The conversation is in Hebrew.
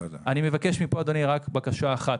אני מבקש בקשה אחת.